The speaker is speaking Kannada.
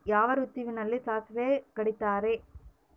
ಯಾವ ಋತುವಿನಲ್ಲಿ ಸಾಸಿವೆ ಕಡಿತಾರೆ?